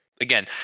Again